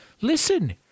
listen